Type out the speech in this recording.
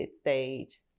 stage